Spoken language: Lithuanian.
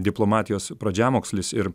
diplomatijos pradžiamokslis ir